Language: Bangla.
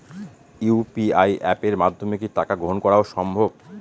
ইউ.পি.আই অ্যাপের মাধ্যমে কি টাকা গ্রহণ করাও সম্ভব?